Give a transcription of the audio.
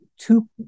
two